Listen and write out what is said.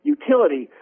utility